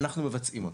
אנחנו מבצעים אותם.